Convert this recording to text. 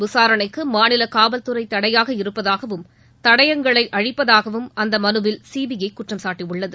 விசாரணைக்கு மாநில காவல்துறை தடையாக இருப்பதாகவும் தடயங்களை அழிப்பதாகவும் அந்த மனுவில் சிபிஐ குற்றம்சாட்டியுள்ளது